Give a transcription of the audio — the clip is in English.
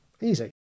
Easy